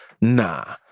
nah